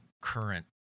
current